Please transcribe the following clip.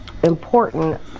important